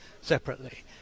separately